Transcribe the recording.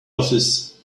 office